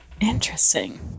Interesting